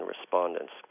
respondents